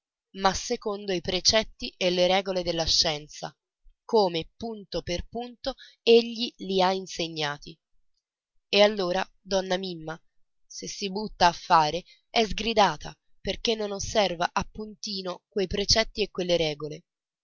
ma secondo i precetti e le regole della scienza come punto per punto egli li ha insegnati e allora donna mimma se si butta a fare è sgridata perché non osserva appuntino quei precetti e quelle regole